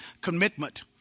commitment